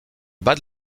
bas